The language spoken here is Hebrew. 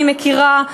אני מכירה,